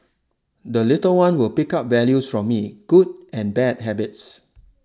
the little one will pick up values from me good and bad habits